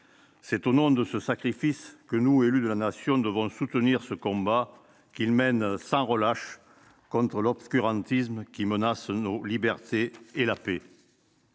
C'est au nom de ce sacrifice que nous, élus de la Nation, devons soutenir le combat qu'ils mènent sans relâche contre l'obscurantisme menaçant nos libertés et la paix.